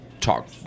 talk